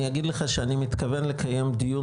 אני אגיד לך שאני מתכוון לקיים דיון